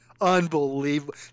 Unbelievable